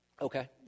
Okay